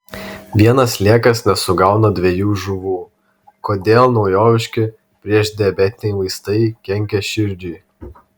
vienas sliekas nesugauna dviejų žuvų kodėl naujoviški priešdiabetiniai vaistai kenkia širdžiai